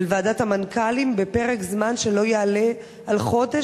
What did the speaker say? ועדת המנכ"לים בפרק זמן שלא יעלה על חודש,